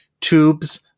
tubes